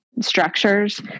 structures